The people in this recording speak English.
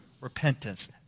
repentance